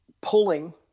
pulling